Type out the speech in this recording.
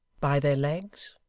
by their legs,